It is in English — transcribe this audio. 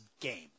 game